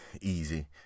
easy